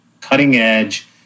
cutting-edge